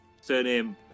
surname